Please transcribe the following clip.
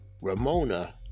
Ramona